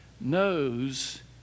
knows